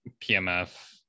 PMF